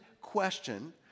question